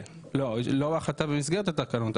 לא ההחלטה במסגרת התקנות,